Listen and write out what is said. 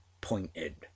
pointed